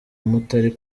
mutari